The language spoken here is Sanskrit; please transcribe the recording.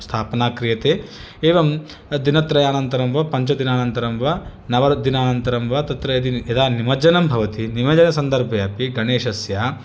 स्थापना क्रियते एवं दिनत्रयानन्तरं वा पञ्चदिननानन्तरं वा नवदिनानन्तरं वा तत्र यदि यदा तत्र निमज्जनं भवति निमज्जनसन्दर्भे अपि गणेशस्य